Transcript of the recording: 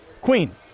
Queen